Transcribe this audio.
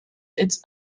its